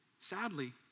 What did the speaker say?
Sadly